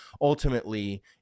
ultimately